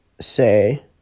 say